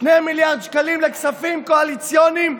2 מיליארד שקלים לכספים קואליציוניים,